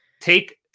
take